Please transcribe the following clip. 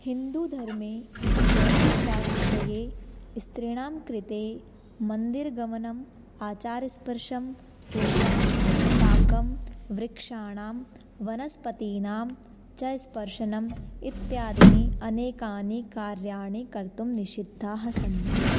हिन्दुधर्मे ऋतुस्रावविषये स्त्रीणां कृते मन्दिरगमनम् आचार्यस्पर्शं पूजा पाकः वृक्षाणां वनस्पतीनां च स्पर्शनं इत्यादीनि अनेकानि कार्याणि कर्तुं निषिद्धाः सन्ति